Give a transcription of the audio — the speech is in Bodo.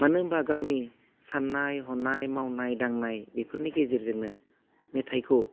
मानो होमबा गावनि साननाय हनाय मावनाय दांनाय बेफोरनि गेजेरजोंनो मेथाइखौ